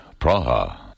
Praha